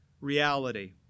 reality